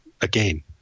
again